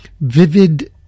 vivid